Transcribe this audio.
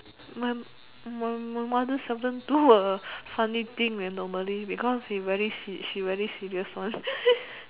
my my my mother seldom do a funny thing normally because he very she she very serious one